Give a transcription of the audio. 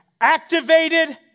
activated